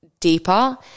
deeper